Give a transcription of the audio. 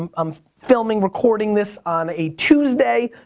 um i'm filming, recording this on a tuesday.